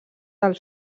del